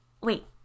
Wait